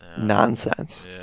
nonsense